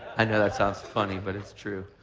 i know that sounds funny, but it's true.